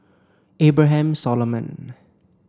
Abraham Solomon